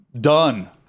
done